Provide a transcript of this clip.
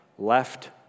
Left